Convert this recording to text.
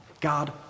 God